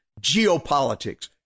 geopolitics